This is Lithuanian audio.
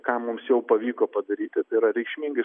ką mums jau pavyko padaryti tai yra reikšmingai